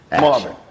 Marvin